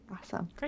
Awesome